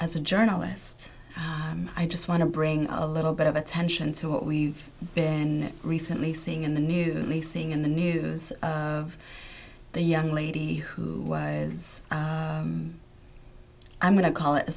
as a journalist i just want to bring a little bit of attention to what we've been recently seeing in the news missing in the news of a young lady who was i'm going to call it